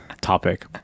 topic